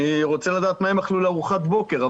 ואני רוצה לדעת מה הם אכלו לארוחת הבוקר.